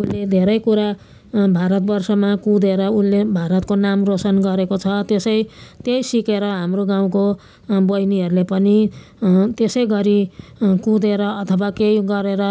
उसले धेरै कुरा भारतवर्षमा कुदेर उनले भारतको नाम रोसन गरेको छ त्यसै त्यही सिकेर हाम्रो गाउँको बैनीहरूले पनि त्यसै गरी कुदेर अथवा केही गरेर